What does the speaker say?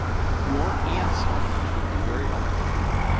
now, your answer, which would be very helpful to me,